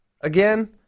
again